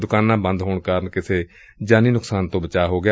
ਦੁਕਾਨਾਂ ਬੰਦ ਹੋਣ ਕਾਰਨ ਕਿਸੇ ਜਾਨੀ ਨੁਕਸਾਨ ਤੋਂ ਬਚਾਅ ਹੋ ਗਿਆ